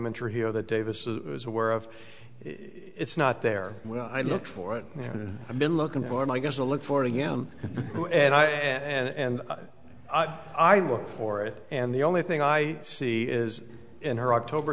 mentor here that davis is aware of it's not there when i look for it and i've been looking for and i guess to look for it again and i and i look for it and the only thing i see is in her october